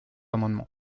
amendement